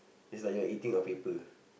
is like you're eating a paper